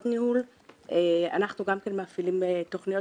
ויש גם מעורבות ממשלתית בתכנית